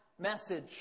message